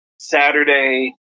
Saturday